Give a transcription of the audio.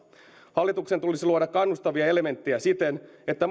hallituksen tulisi luoda kannustavia elementtejä siten että